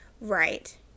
right